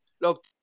look